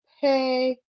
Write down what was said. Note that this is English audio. pay